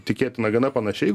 tikėtina gana panašiai